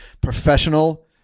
professional